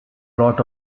lot